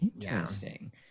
Interesting